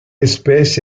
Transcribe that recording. espèce